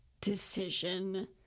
decision